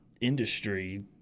industry